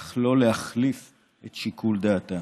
אך לא להחליף את שיקול דעתה".